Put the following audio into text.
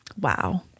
Wow